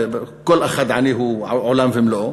כל עני הוא עולם ומלואו.